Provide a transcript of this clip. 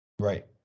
Right